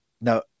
Now